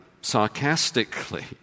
sarcastically